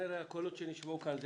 כנראה הקולות שנשמעו פה זה